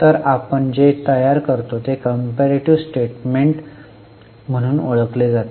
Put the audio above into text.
तर आपण जे तयार करतो ते कंपेरीटीव्ह स्टेटमेंट म्हणून ओळखले जाते